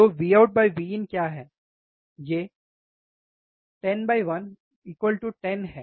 तो VoutVin क्या है ये 10110 है